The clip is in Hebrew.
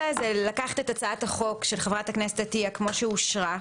היום הוועדה מבקשת לקחת את הצעת החוק של חברת הכנסת עטיה כפי שאושרה,